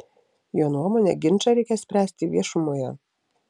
jo nuomone ginčą reikia spręsti viešumoje